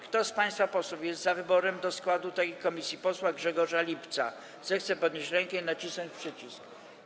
Kto z państwa posłów jest za wyborem do składu tej komisji posła Grzegorza Lipca, zechce podnieść rękę i nacisnąć przycisk.